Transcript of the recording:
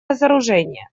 разоружение